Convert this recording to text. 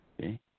okay